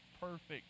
perfect